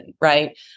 right